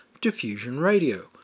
diffusionradio